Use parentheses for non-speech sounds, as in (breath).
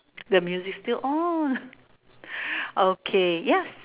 the music still on (breath) okay yes